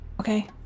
Okay